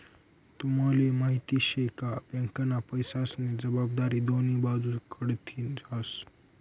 तुम्हले माहिती शे का? बँकना पैसास्नी जबाबदारी दोन्ही बाजूस कडथीन हास